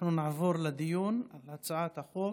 אנחנו נעבור לדיון על הצעת החוק.